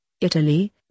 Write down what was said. Italy